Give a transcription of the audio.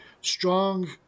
strong